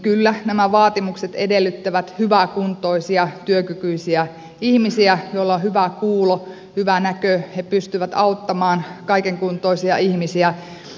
kyllä nämä vaatimukset edellyttävät hyväkuntoisia työkykyisiä ihmisiä joilla on hyvä kuulo hyvä näkö he pystyvät auttamaan kaikenkuntoisia ihmisiä